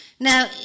Now